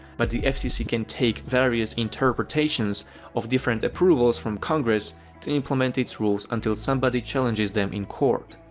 but the fcc can take various interpretations of different approvals from congress to implement its rules until somebody challenges them in court.